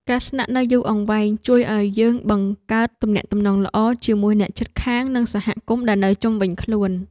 ការស្នាក់នៅយូរអង្វែងជួយឱ្យយើងបង្កើតទំនាក់ទំនងល្អជាមួយអ្នកជិតខាងនិងសហគមន៍ដែលនៅជុំវិញខ្លួន។